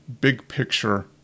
big-picture